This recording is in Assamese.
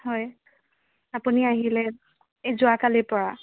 হয় আপুনি আহিলে এই যোৱা কালিৰপৰা